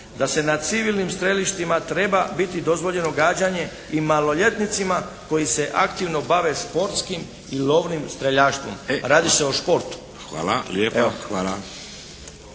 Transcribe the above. da se na civilnim strelištima treba biti dozvoljeno gađanje i maloljetnicima koji se aktivno bave športskim i lovnim streljaštvom. Radi se o športu.